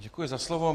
Děkuji za slovo.